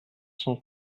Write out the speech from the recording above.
cent